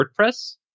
WordPress